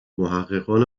محققان